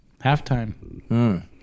Halftime